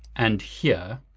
and here.